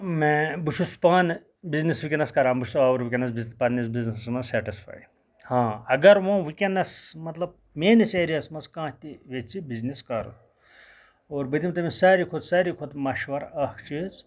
میں بہٕ چھُس پانہٕ بِزنٮ۪س وٕنکیٚنَس کَران بہٕ چھُس آوُر وٕنکیٚنَس بِزنِ پَننِس بِزنٮ۪سَس مَنٛز سیٹِسفاے ہاں اَگر وۄنۍ وٕکیٚنَس مَطلَب مٲنِس ایریا ہَس مَنٛز کانٛہہ تہٕ ییٚژھِ بِزنٮ۪س کَرُن اور بہٕ دِمہٕ تٔمِس ساروی کھۄتہ ساروی کھۄتہ مَشوَر اَکھ چیٖز